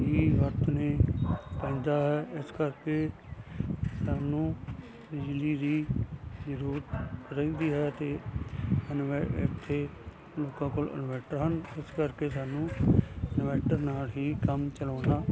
ਹੀ ਵਰਤਣੇ ਪੈਂਦਾ ਹੈ ਇਸ ਕਰਕੇ ਸਾਨੂੰ ਬਿਜਲੀ ਦੀ ਜ਼ਰੂਰਤ ਰਹਿੰਦੀ ਹੈ ਅਤੇ ਇਨਵੈ ਇੱਥੇ ਲੋਕਾਂ ਕੋਲ ਇਨਵੈਟਰ ਹਨ ਇਸ ਕਰਕੇ ਸਾਨੂੰ ਇਨਵੈਟਰ ਨਾਲ ਹੀ ਕੰਮ ਚਲਾਉਣਾ